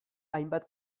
hainbat